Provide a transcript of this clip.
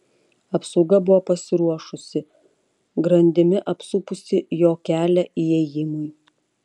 apsauga buvo pasiruošusi grandimi apsupusi jo kelią įėjimui